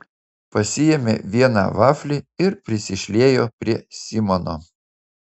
pasiėmė vieną vaflį ir prisišliejo prie simono